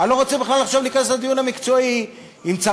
אני לא